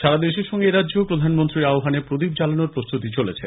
সারা দেশের সঙ্গে এরাজ্যেও প্রধানমন্ত্রীর আহ্বানে প্রদীপ জ্বালানোর প্রস্তুতি চলেছে